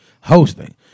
hosting